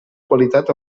qualitat